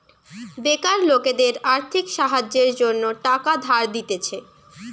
বেকার লোকদের আর্থিক সাহায্যের জন্য টাকা ধার দিতেছে